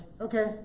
okay